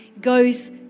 goes